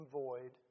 void